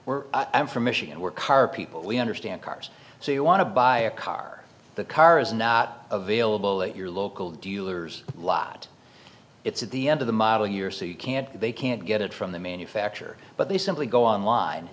we're i'm from michigan we're car people we understand cars so you want to buy a car the car is not available at your local dealer's lot it's at the end of the model year so you can't they can't get it from the manufacturer but they simply go online